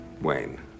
Wayne